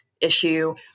issue